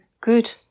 good